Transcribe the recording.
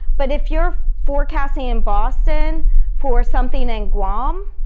but if you're forecasting in boston for something in guam,